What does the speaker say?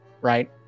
right